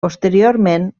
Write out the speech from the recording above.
posteriorment